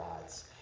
gods